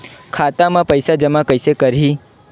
खाता म पईसा जमा कइसे करही?